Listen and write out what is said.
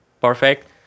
Perfect